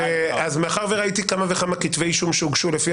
מאחר וראיתי כמה וכמה כתבי אישום שהוגשו לפי